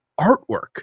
artwork